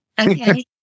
Okay